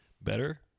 Better